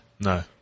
No